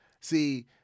see